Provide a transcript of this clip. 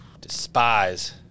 Despise